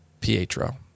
Pietro